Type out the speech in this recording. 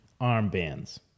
armbands